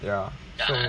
ya so